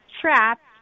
trapped